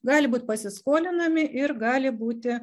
gali būt pasiskolinami ir gali būti